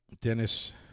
Dennis